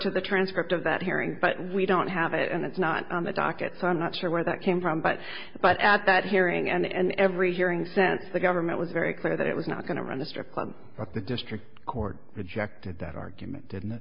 to the transcript of that hearing but we don't have it and it's not on the docket so i'm not sure where that came from but but at that hearing and every hearing sense the government was very clear that it was not going to run a strip club that the district court rejected that argument didn't